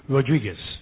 Rodriguez